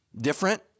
different